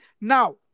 Now